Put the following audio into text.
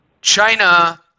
China